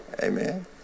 Amen